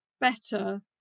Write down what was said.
better